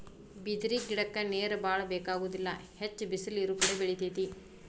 ಬಿದಿರ ಗಿಡಕ್ಕ ನೇರ ಬಾಳ ಬೆಕಾಗುದಿಲ್ಲಾ ಹೆಚ್ಚ ಬಿಸಲ ಇರುಕಡೆ ಬೆಳಿತೆತಿ